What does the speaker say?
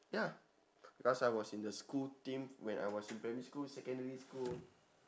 ya last I was in the school team when I was in primary school secondary school